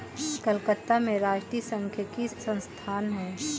कलकत्ता में राष्ट्रीय सांख्यिकी संस्थान है